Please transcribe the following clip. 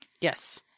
Yes